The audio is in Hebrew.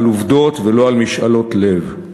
על עובדות ולא על משאלות לב.